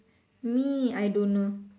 me I don't know